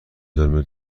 دلمه